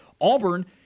auburn